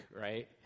right